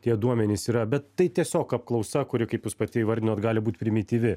tie duomenys yra bet tai tiesiog apklausa kuri kaip jūs pati įvardinot gali būt primityvi